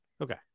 Okay